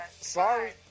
sorry